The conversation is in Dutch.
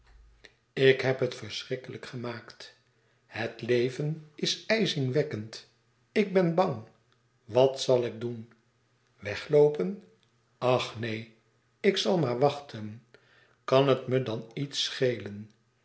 ik heb het verschrikkelijk gemaakt het leven is ijzingwekkend ik ben bang wat zal ik doen wegloopen ach neen ik zal maar wachten kan het me dan iets schelen